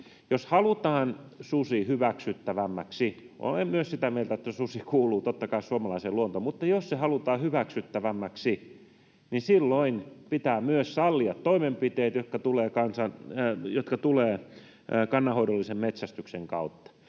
Jos halutaan susi hyväksyttävämmäksi — olen myös sitä mieltä, että susi kuuluu, totta kai, suomalaiseen luontoon — jos se halutaan hyväksyttävämmäksi, niin silloin pitää myös sallia toimenpiteet, jotka tulevat kannanhoidollisen metsästyksen kautta.